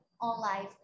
online